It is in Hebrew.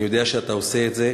אני יודע שאתה עושה את זה.